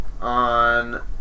on